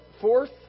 fourth